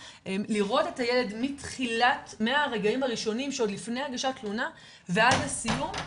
לראות את הילד מהרגעים הראשונים שעוד לפני הגשת תלונה ועד הסיום,